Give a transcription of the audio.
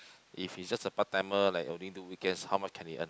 if he's just a part timer like only do weekends how much can he earn